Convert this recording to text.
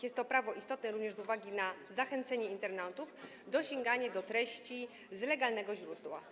Jest to prawo istotne również z uwagi na zachęcenie internautów do sięgania do treści z legalnego źródła.